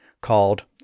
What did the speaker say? called